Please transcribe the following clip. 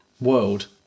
world